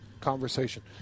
conversation